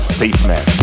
Spaceman